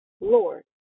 Lord